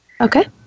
Okay